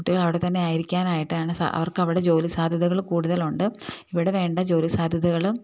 കുട്ടികള് അവിടെത്തന്നെ ആയിരിക്കാനായിട്ടാണ് അവർക്കവിടെ ജോലിസാധ്യതകള് കൂടുതലുണ്ട് ഇവിടെ വേണ്ട ജോലിസാധ്യതകളും